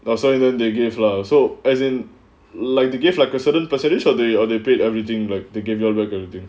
the silent their gift lah so as in like to give like a certain percentage or they or they paid everything like they give you a kind of thing